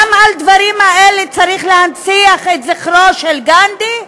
גם על הדברים האלה צריך להנציח את זכרו של גנדי?